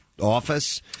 office